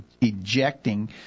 ejecting